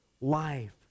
life